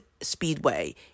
Speedway